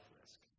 risk